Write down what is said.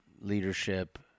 leadership